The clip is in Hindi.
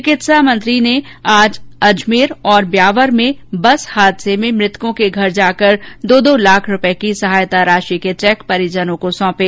चिकित्सा मंत्री डॉ रघु शर्मा ने आज अजमेर और ब्यावर में बस हादसे में मृतकों के घर जाकर दो दो लाख रूपये की सहायता राशि के चैक परिजनों को सौपे